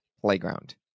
playground